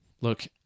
look